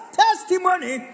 testimony